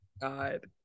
God